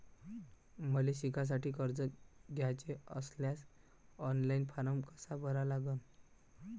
मले शिकासाठी कर्ज घ्याचे असल्यास ऑनलाईन फारम कसा भरा लागन?